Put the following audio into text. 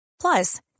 Plus